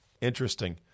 Interesting